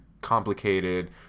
complicated